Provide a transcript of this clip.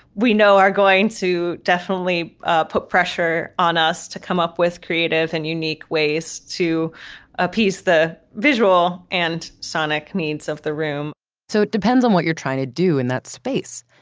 we know are going to definitely ah put pressure on us to come up with creative and unique ways to appease the visual and sonic needs of the room so it depends on what you're trying to do in that space.